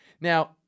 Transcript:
Now